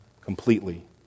completely